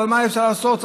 אבל מה אפשר לעשות?